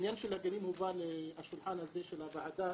העניין של הגנים הובא לשולחן הזה של הוועדה,